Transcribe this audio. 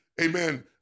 amen